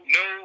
no